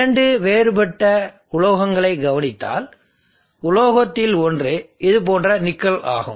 இரண்டு வேறுபட்ட உலோகங்களைக் கவனித்தால் உலோகத்தில் ஒன்று இது போன்ற நிக்கல் ஆகும்